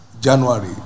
January